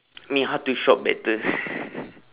me how to shop better